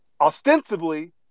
ostensibly